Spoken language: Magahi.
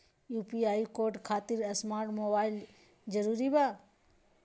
यू.पी.आई कोड खातिर स्मार्ट मोबाइल जरूरी बा?